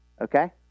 okay